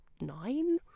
nine